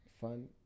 Fun